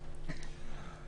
גררת אותי, תקבל תשובה.